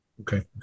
okay